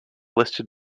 listed